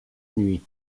nuit